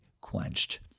quenched